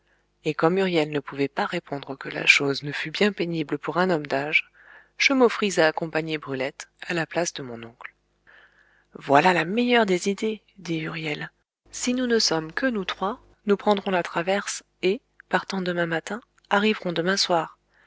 et comme huriel ne pouvait pas répondre que la chose ne fût bien pénible pour un homme d'âge je m'offris à accompagner brulette à la place de mon oncle voilà la meilleure des idées dit huriel si nous ne sommes que nous trois nous prendrons la traverse et partant demain matin arriverons demain soir